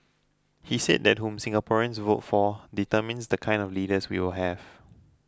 he said that whom Singaporeans vote for determines the kind of leaders we will have